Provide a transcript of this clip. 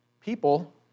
people